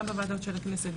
גם בוועדות של הכנסת,